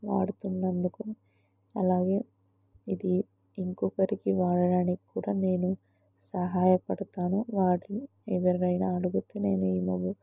వాడుతున్నందుకు అలాగే ఇది ఇంకొకరికి వాడడానికి కూడా నేను సహాయపడతాను వాటి ఎవరైనా అడిగితే నేను ఈ